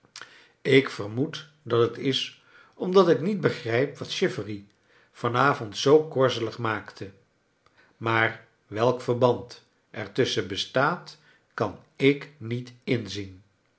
ik vermoed dat het is omdat ik niet begrijp wat chivery van avond zoo korzelig maakte maar welk verband er tusschen bestaat kan ik niet inzien